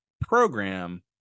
program